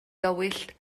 dywyll